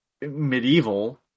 medieval